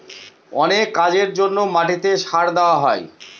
অনেক কাজের জন্য মাটিতে সার দেওয়া হয়